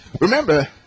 Remember